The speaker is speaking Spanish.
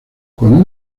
con